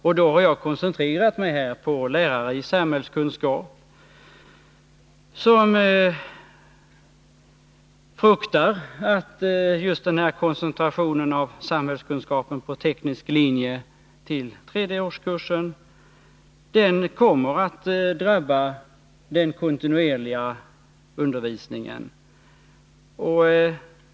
Jag har inriktat mig på lärare i samhällskunskap, som fruktar att koncentrationen av samhällskunskapen till tredje årskursen på den tekniska linjen kommer att drabba den kontinuerliga undervisningen.